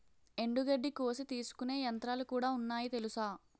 ఎండుగడ్డి కోసి తీసుకునే యంత్రాలుకూడా ఉన్నాయి తెలుసా?